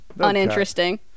Uninteresting